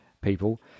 people